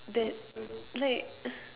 that like